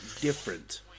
different